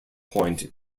point